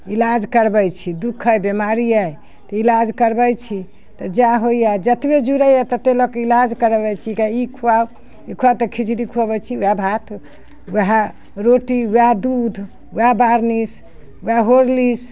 इलाज करबै छी दुख अइ बीमारी अइ तऽ इलाज करबै छी तऽ जएह होइए जतबे जुड़ैये तते लऽ कऽ इलाज करबै छी ई खुआउ ई खुआउ तऽ खिचड़ी खुआबै छी वएह भात वएह रोटी वएह दूध वएह बारनीस वएह हॉर्लिक्स